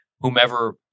whomever